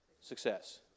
Success